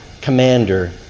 commander